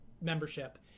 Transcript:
membership